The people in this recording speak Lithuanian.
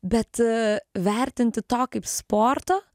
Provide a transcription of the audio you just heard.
bet a vertinti to kaip sporto